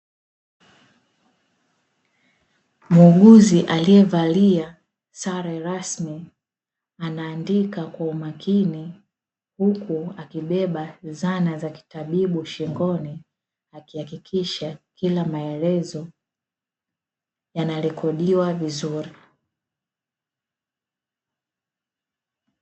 Muuguzi aliyevalia sare rasmi anaandika kwa umakini, huku akibeba zana za kitabibu shingoni, akihakikisha kila maelezo yanarekodiwa vizuri.